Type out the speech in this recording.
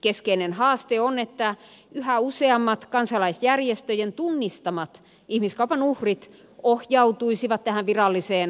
keskeinen haaste on että yhä useammat kansalaisjärjestöjen tunnistamat ihmiskaupan uhrit ohjautuisivat tähän viralliseen auttamisjärjestelmään